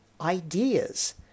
ideas